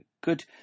good